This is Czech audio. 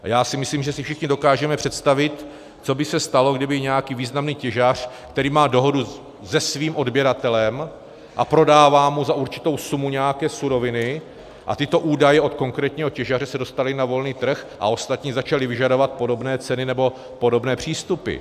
Já si myslím, že si všichni dokážeme představit, co by se stalo, kdyby nějaký významný těžař, který má dohodu se svým odběratelem a prodává mu za určitou sumu nějaké suroviny, a tyto údaje od konkrétního těžaře se dostaly na volný trh a ostatní začali vyžadovat podobné ceny nebo podobné přístupy.